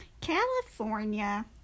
California